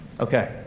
Okay